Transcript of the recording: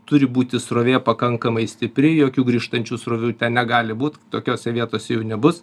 turi būti srovė pakankamai stipri jokių grįžtančių srovių ten negali būt tokiose vietose jų nebus